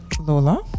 Lola